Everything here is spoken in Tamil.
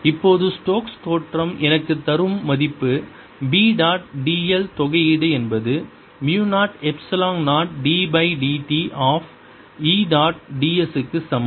இப்போது ஸ்டோக்ஸ் தேற்றம் எனக்கு தரும் மதிப்பு B டாட் dl தொகையீடு என்பது mu 0 epsilon 0 d by dt of E dot ds க்கு சமம்